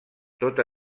tota